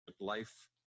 life